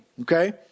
Okay